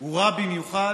הוא רע במיוחד